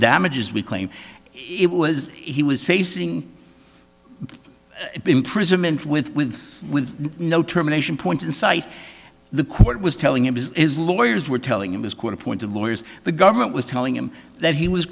damages we claim it was he was facing imprisonment with with with no terminations point in sight the court was telling him because his lawyers were telling him his court appointed lawyers the government was telling him that he was